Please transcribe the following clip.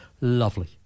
Lovely